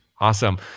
Awesome